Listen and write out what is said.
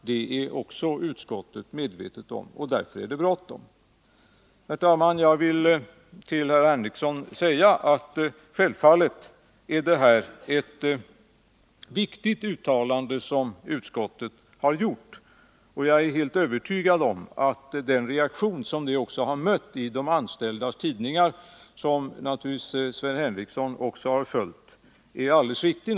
Det är också utskottet medvetet om. Därför är det bråttom. Herr talman! Jag vill till herr Henricsson säga att det självfallet är ett viktigt uttalande som utskottet har gjort. Jag är helt övertygad om att den reaktion som det mött i de anställdas tidningar, som naturligtvis Sven Henricsson också har följt, är alldeles riktig.